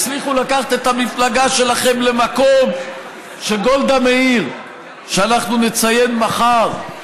הצליחו לקחת את המפלגה שלכם למקום שגולדה מאיר שאנחנו נציין מחר,